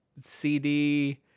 cd